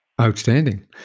Outstanding